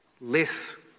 less